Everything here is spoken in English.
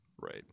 Right